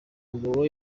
mugabo